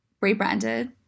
rebranded